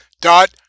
dot